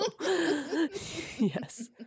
yes